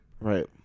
right